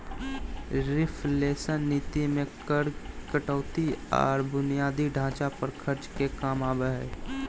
reflation नीति मे कर कटौती आर बुनियादी ढांचा पर खर्च के काम करो हय